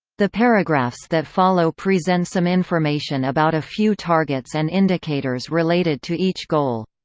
the paragraphs that follow present some information about a few targets and indicators related to each goal.